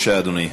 בבקשה, אדוני.